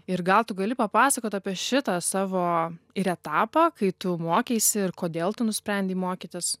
ir gal tu gali papasakot apie šitą savo ir etapą kai tu mokeisi ir kodėl tu nusprendei mokytis